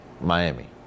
Miami